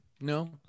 No